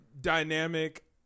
dynamic